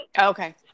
Okay